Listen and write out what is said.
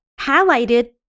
highlighted